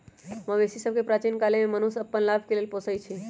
मवेशि सभके प्राचीन काले से मनुष्य अप्पन लाभ के लेल पोसइ छै